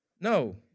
No